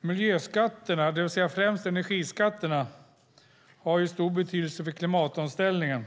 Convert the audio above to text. Miljöskatterna, det vill säga främst energiskatterna, har ju stor betydelse för klimatomställningen.